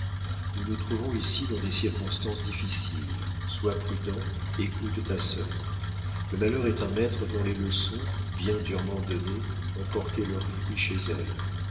nous nous trouvons ici dans des circonstances difficiles sois prudent écoute ta sœur le malheur est un maître dont les leçons bien durement données ont porté leur fruit chez elle